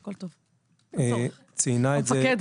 הכול טוב, אין צורך, המפקד.